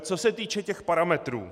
Co se týče těch parametrů.